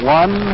one